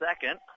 second